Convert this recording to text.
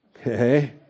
Okay